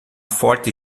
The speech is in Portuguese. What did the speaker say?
forte